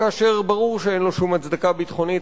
כאשר ברור שאין לו שום הצדקה ביטחונית,